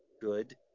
good